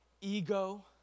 ego